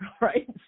right